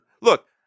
Look